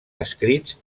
escrits